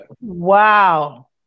Wow